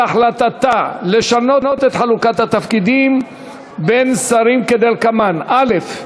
על החלטתה לשנות את חלוקת התפקידים בין שרים כדלקמן: א.